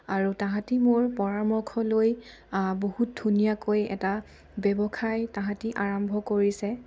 আৰু তাহাঁতে মোৰ পৰামৰ্শ লৈ বহুত ধুনীয়াকৈ এটা ব্যৱসায় তাহাঁতে আৰম্ভ কৰিছে